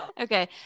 Okay